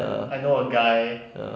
ya ya